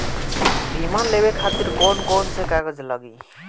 बीमा लेवे खातिर कौन कौन से कागज लगी?